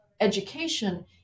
education